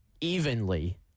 evenly